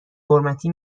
حرمتی